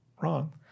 wrong